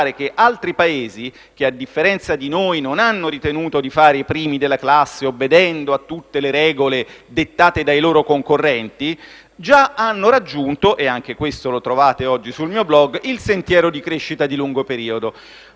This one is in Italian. ricordare che altri Paesi, i quali a differenza di noi non hanno ritenuto di fare i primi della classe obbedendo a tutte le regole dettate dai loro concorrenti, hanno già raggiunto - e anche questo lo trovate oggi sul mio *blog* - il sentiero di crescita di lungo periodo.